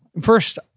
First